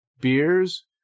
beers